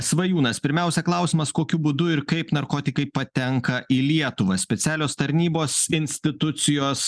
svajūnas pirmiausia klausimas kokiu būdu ir kaip narkotikai patenka į lietuvą specialios tarnybos institucijos